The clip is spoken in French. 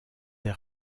des